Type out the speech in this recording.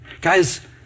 Guys